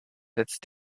setzt